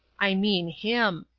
i mean him.